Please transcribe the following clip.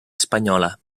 espanyola